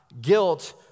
Guilt